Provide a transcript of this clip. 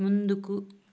ముందుకు